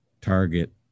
target